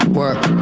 work